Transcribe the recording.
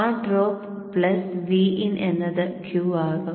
ആ drop plus Vin എന്നത് Q ആകും